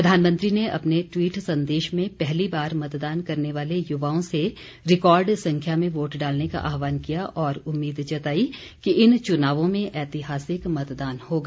प्रधानमंत्री ने अपने ट्वीट संदेश में पहली बार मतदान करने वाले यूवाओं से रिकॉर्ड संख्या में वोट डालने का आहवान किया और उम्मीद जताई कि इन चुनावों में ऐतिहासिक मतदान होगा